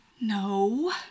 No